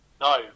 no